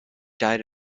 died